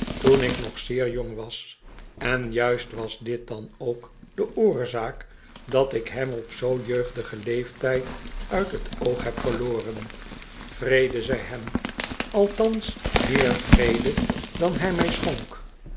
toen ik nog zeer jong was en juist was dit dan ook de oorzaak dat ik hem op zoo jeugdigen leeftijd uit het oog heb verloren vrede zy hem althans meer vrede dan hij mij schonk